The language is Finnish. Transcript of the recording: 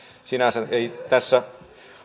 sinänsä ei tässä